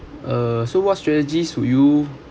uh so what strategies would you